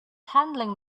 handling